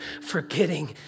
forgetting